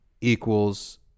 equals